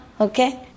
Okay